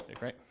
right